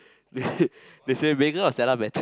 they say they say Megan or Stella better